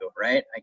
right